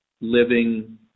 living